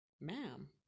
Ma'am